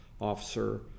officer